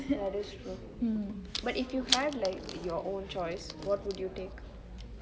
that is true but if you had like your own choice what would you take